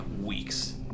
weeks